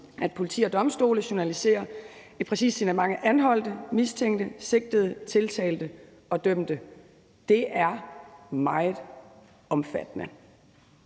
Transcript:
at politi og domstole journaliserer et præcist signalement af anholdte, mistænkte, sigtede, tiltalte og dømte. Det er meget omfattende.